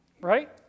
right